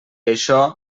això